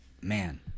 man